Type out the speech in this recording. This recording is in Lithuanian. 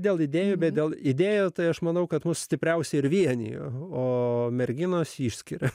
dėl idėjų bet dėl idėjos tai aš manau kad mus stipriausiai ir vienija o merginos išskiria